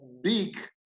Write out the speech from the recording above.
big